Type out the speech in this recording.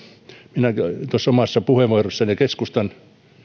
minä tuossa omassa puheenvuorossani puhuin ja keskustan